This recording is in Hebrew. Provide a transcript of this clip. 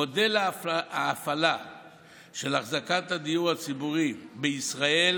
מודל ההפעלה של אחזקת הדיור הציבורי בישראל